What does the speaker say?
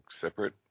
separate